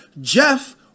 Jeff